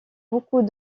beaucoup